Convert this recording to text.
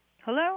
Hello